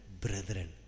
brethren